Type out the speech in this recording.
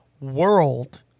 world